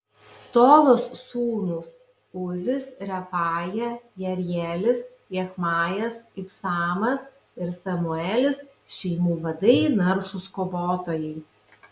tolos sūnūs uzis refaja jerielis jachmajas ibsamas ir samuelis šeimų vadai narsūs kovotojai